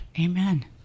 Amen